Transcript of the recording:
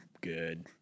good